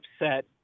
upset